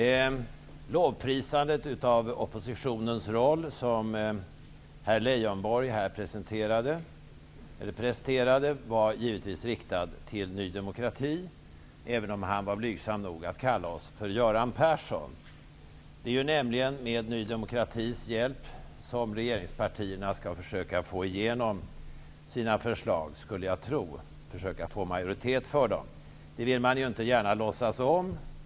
Det lovprisande av oppositionens roll som herr Leijonborg presterade var givetvis riktat till Ny demokrati, även om han var blygsam nog att kalla oss ''Göran Persson''. Jag skulle nämligen tro att det är med Ny demokratis hjälp som regeringspartierna skall försöka få majoritet för sina förslag. Det vill man inte gärna låtsas om.